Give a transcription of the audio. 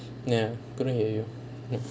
ya cannot hear you